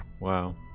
Wow